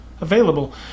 available